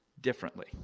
differently